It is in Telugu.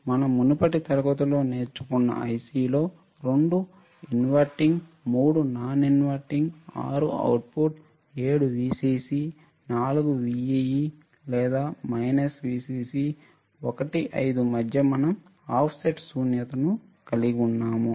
మన మునుపటి తరగతులలో నేర్చుకున్న ఐసి లో 2 inverting 3 non inverting 6 output 7 Vcc 4 Vee లేదా Vcc 1 5 మధ్య మనం Off set శూన్యతను కలిగి ఉన్నాము